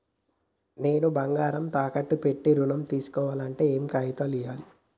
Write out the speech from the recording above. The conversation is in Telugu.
నేను బంగారం తాకట్టు పెట్టి ఋణం తీస్కోవాలంటే ఏయే కాగితాలు ఇయ్యాలి?